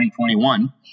2021